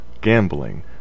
gambling